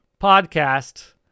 podcast